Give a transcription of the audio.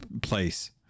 Place